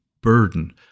burden